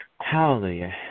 hallelujah